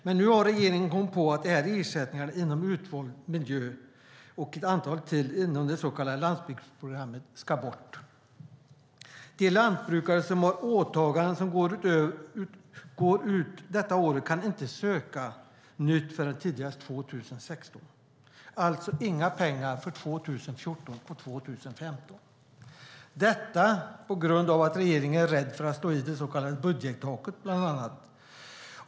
Men nu har regeringen kommit på att ersättningarna inom utvald miljö och ett antal till inom det så kallade landsbygdsprogrammet ska bort. De lantbrukare som har åtaganden som går ut detta år kan inte söka nytt förrän tidigast 2016. De får alltså inga pengar för 2014 eller 2015. Detta på grund av att regeringen är rädd för att slå i det så kallade budgettaket.